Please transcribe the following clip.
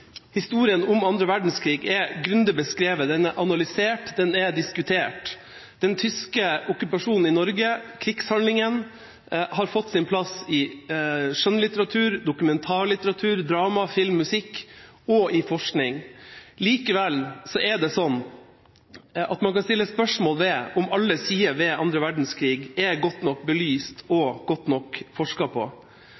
grundig beskrevet; den er analysert, den er diskutert. Den tyske okkupasjonen i Norge, krigshandlingene, har fått sin plass i skjønnlitteratur, dokumentarlitteratur, drama, film, musikk og forskning. Likevel er det slik at man kan stille spørsmål ved om alle sider ved annen verdenskrig er godt nok belyst og godt nok forsket på.